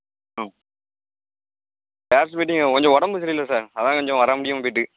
ஆ class மீட்டிங்கு கொஞ்சம் உடம்பு சரியில்லை சார் அதான் கொஞ்சம் வர முடியாமல் போய்ட்டு